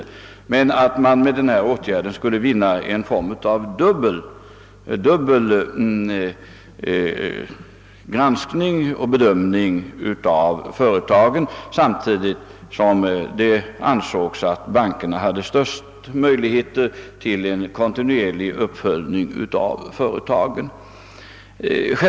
Avsikten var att genom denna åtgärd få till stånd en form av dubbel granskning och bedömning av företagen samtidigt som det ansågs att bankerna hade de största möjligheterna till en kontinuerlig uppföljning av företagen.